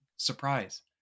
surprise